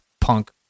punk